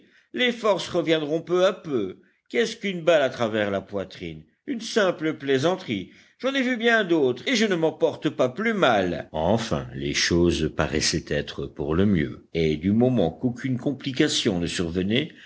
les forces reviendront peu à peu qu'est-ce qu'une balle à travers la poitrine une simple plaisanterie j'en ai vu bien d'autres et je ne m'en porte pas plus mal enfin les choses paraissaient être pour le mieux et du moment qu'aucune complication ne survenait